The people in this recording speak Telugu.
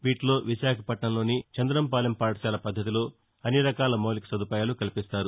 వీటిలో విశాఖపట్నంలోని చంద్రంపాలెం పాఠశాల పద్దతిలో అన్నిరకాల మౌలిక సదుపాయాలను కల్పిస్తారు